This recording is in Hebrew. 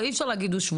לא, אי אפשר להגי הושוו.